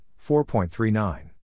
4.39